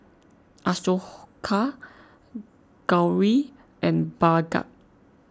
Ashoka Gauri and Bhagat